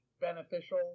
beneficial